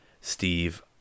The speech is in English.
Steve